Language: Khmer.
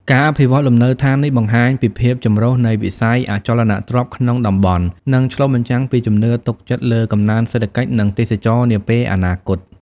ការអភិវឌ្ឍលំនៅឋាននេះបង្ហាញពីភាពចម្រុះនៃវិស័យអចលនទ្រព្យក្នុងតំបន់ និងឆ្លុះបញ្ចាំងពីជំនឿទុកចិត្តលើកំណើនសេដ្ឋកិច្ច និងទេសចរណ៍នាពេលអនាគត។